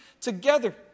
together